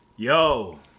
Yo